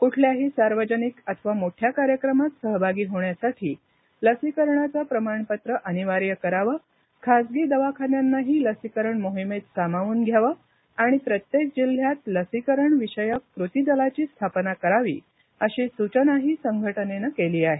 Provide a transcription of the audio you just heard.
कुठल्याही सार्वजनिक अथवा मोठ्या कार्यक्रमात सहभागी होण्यासाठी लसीकरणाचं प्रमाणपत्र अनिवार्य करावं खासगी दवाखान्यांनाही लसीकरण मोहिमेत सामावून घ्यावं आणि प्रत्येक जिल्ह्यात लसीकरण विषयक कृती दलाची स्थापना करावी अशी सूचनाही संघटनेनं केली आहे